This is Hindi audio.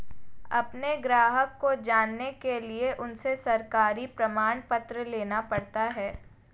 अपने ग्राहक को जानने के लिए उनसे सरकारी प्रमाण पत्र लेना पड़ता है